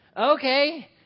okay